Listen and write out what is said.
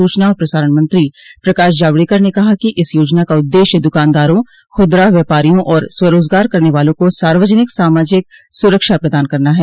सूचना और प्रसारण मंत्री प्रकाश जावड़ेकर ने कहा कि इस योजना का उद्देश्य दुकानदारों खुदरा व्यापारियों और स्वरोजगार करने वालों को सार्वजनिक सामाजिक सुरक्षा प्रदान करना है